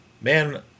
Man